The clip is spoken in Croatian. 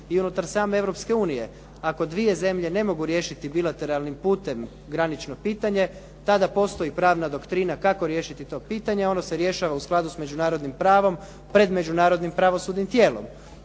i unutar same Europske unije. Ako dvije zemlje ne mogu riješiti bilateralnim putem granično pitanje, tada postoji pravna doktrina kako riješiti to pitanje, ono se rješava u skladu s međunarodnim pravom pred međunarodnim pravosudnim tijelom,